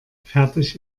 fertig